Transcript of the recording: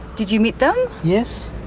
did you meet them? yes,